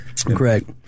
Correct